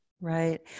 Right